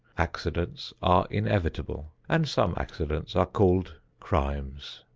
accidents are inevitable, and some accidents are called crimes.